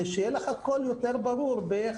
ושיהיה לך קול יותר ברור בנושא של איך